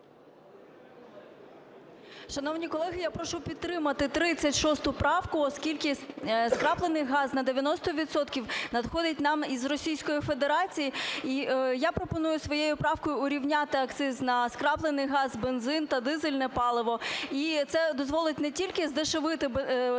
Шановні колеги, я прошу підтримати 36 правку, оскільки скраплений газ на 90 відсотків надходить нам із Російської Федерації. І я пропоную своєю правкою урівняти акциз на скраплений газ, бензин та дизельне паливо, і це дозволить не тільки здешевити ціну